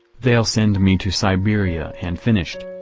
they'll send me to siberia and finished.